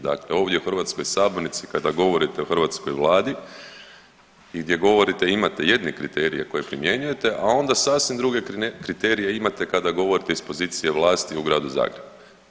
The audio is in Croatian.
Dakle, ovdje u hrvatskoj sabornici kada govorite o hrvatskoj Vladi i gdje govorite imate jedne kriterije koje primjenjujete, a onda sasvim druge kriterije imate kada govorite iz pozicije vlasti u gradu Zagrebu.